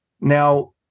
Now